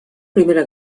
primera